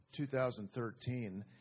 2013